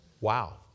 wow